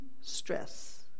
stress